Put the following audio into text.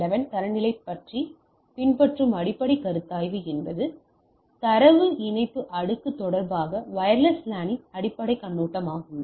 11 தரநிலையைப் பின்பற்றும் அடிப்படைக் கருத்தாய்வு என்ன என்பது தரவு இணைப்பு அடுக்கு தொடர்பாக வயர்லெஸ் லானின் அடிப்படை கண்ணோட்டமாகும்